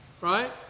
Right